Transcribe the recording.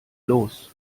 los